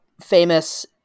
famous